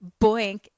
Boink